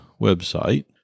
website